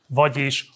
vagyis